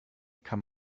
kann